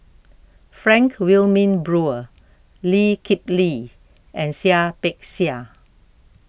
Frank Wilmin Brewer Lee Kip Lee and Seah Peck Seah